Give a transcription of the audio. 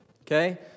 Okay